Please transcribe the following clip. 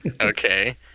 Okay